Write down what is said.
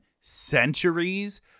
centuries